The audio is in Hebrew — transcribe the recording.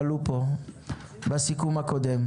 פה בסיכום הקודם?